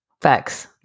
Facts